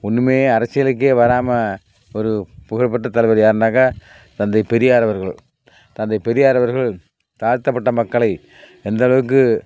ஒன்றுமே அரசியலுக்கே வராமல் ஒரு புகழ் பெற்ற தலைவர் யாருன்னாக்கால் தந்தை பெரியார் அவர்கள் தந்தை பெரியார் அவர்கள் தாழ்த்தப்பட்ட மக்களை எந்தளவுக்கு